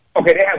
Okay